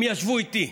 הם ישבו איתי ואמרו: